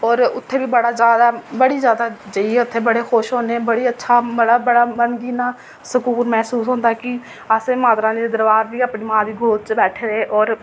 ते होर उत्थै बी बड़ा जैदा बड़ी जैदा जाइयै उत्थै बड़े खुश होन्ने बड़ा अच्छा बड़ा मन कि इ'यां सुकुन मसूस होंदा कि अस माता रानी दे दरबार च इ'यां कि अपनी मां दी गोद च बैठे दे